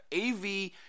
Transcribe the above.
AV